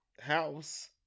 house